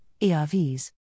ERVs